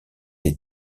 les